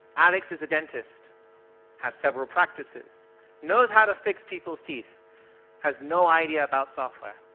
alex is a dentist has several practices knows how to fix people's teeth has no idea about software.